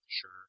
Sure